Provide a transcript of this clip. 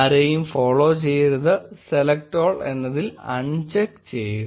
ആരെയും ഫോളോ ചെയ്യരുത് select all എന്നതിൽ അൺചെക്ക് ചെയ്യുക